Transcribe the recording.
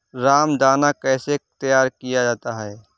रामदाना कैसे तैयार किया जाता है?